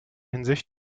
hinsicht